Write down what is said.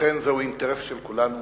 לכן, זהו אינטרס של כולנו.